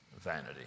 vanity